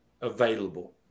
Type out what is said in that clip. available